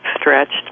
stretched